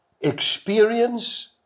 experience